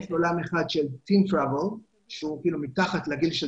יש עולם אחד של טין טראוול שהוא אפילו מתחת לגיל של